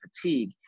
fatigue